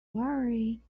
worry